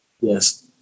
yes